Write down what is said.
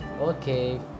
Okay